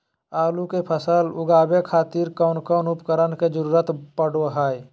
आलू के फसल लगावे खातिर कौन कौन उपकरण के जरूरत पढ़ो हाय?